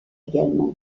également